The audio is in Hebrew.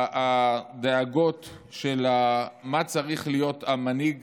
הדאגות של מי צריך להיות המנהיג